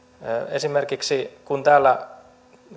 esimerkiksi kun täällä